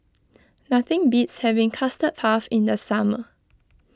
nothing beats having Custard Puff in the summer